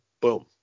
boom